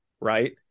right